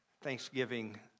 Thanksgiving